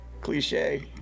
cliche